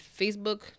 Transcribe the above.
Facebook